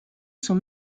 son